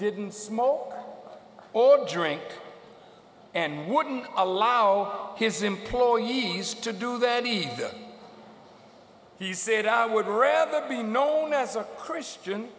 didn't small or drink and wouldn't allow his employees to do that he did he said i would rather be known as a christian